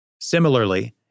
Similarly